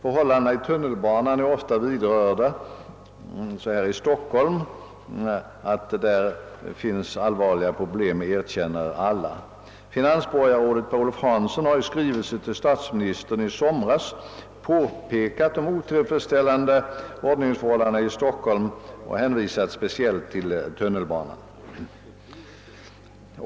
Förhållandena i tunnelbanan i Stockholm är ofta vidrörda. Att där finns allvarliga problem erkänner alla. Finansborgarrådet Per-Olof Hanson har ju i skrivelse till statsministern i somras påpekat de otillfredsställande ordningsförhållandena i Stockholm och hänvisat speciellt till förhållandena vid tunnelbanan.